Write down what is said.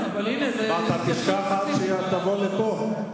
מה, אתה תשכח עד שתבוא לפה?